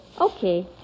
Okay